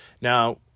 Now